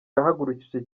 yahagurukije